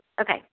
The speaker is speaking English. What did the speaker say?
Okay